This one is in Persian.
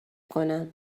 کنم